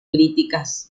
críticas